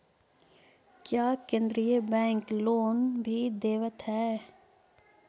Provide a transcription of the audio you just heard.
क्या केन्द्रीय bank loan भी देवत हैं